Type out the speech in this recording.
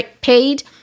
paid